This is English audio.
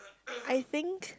I think